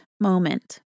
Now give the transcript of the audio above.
moment